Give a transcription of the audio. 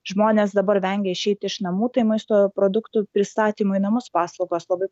žmonės dabar vengia išeit iš namų tai maisto produktų pristatymo į namus paslaugos labai